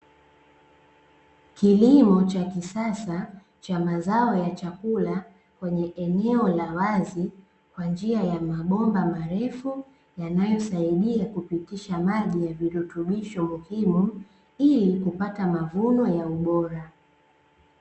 Kilimo cha kisasa cha mazao ya chakula kwenye eneo la wazi, kwa njia ya mabomba marefu yanayosaidia kupitisha maji ya virutubisho muhimu, ili kupata mavuno ya ubora.